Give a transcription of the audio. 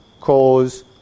cause